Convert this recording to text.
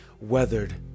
weathered